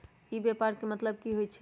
ई व्यापार के की मतलब होई छई?